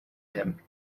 him